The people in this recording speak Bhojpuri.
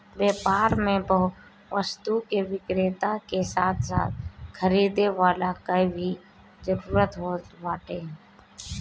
व्यापार में वस्तु के विक्रेता के साथे साथे खरीदे वाला कअ भी जरुरत होत बाटे